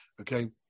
Okay